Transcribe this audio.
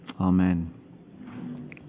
Amen